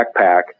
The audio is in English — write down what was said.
backpack